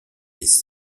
des